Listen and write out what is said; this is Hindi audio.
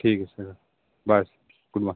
ठीक है सर बाय सर